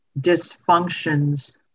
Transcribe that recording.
dysfunctions